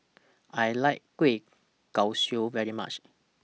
I like Kueh Kosui very much